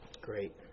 Great